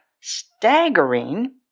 staggering